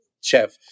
chef